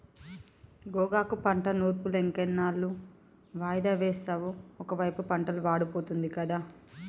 గోగాకు పంట నూర్పులింకెన్నాళ్ళు వాయిదా వేస్తావు ఒకైపు పంటలు వాడిపోతుంది గదా